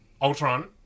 Ultron